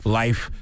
life